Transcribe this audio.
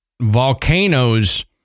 volcanoes